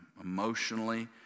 emotionally